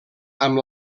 amb